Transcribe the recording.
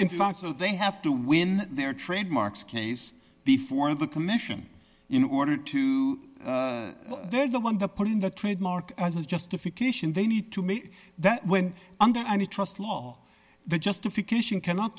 fact so they have to win their trademarks case before the commission in order to they're the one that put in the trademark as a justification they need to make that when under any trust law the justification cannot